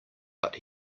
but